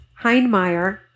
Heinmeier